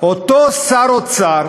אותו שר אוצר